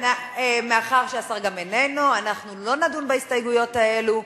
מאחר שהשר איננו, אנחנו לא נדון בהסתייגויות האלה,